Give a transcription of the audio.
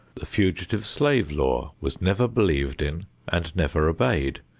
the fugitive slave law was never believed in and never obeyed,